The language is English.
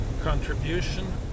contribution